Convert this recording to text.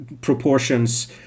proportions